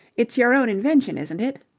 it's your own invention, isn't it?